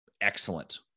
excellent